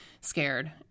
scared